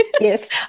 yes